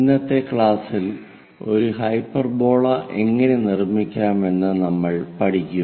ഇന്നത്തെ ക്ലാസ്സിൽ ഒരു ഹൈപ്പർബോള എങ്ങനെ നിർമ്മിക്കാമെന്ന് നമ്മൾ പഠിക്കും